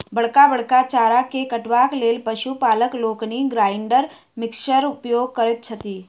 बड़का बड़का चारा के काटबाक लेल पशु पालक लोकनि ग्राइंडर मिक्सरक उपयोग करैत छथि